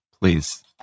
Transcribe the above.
please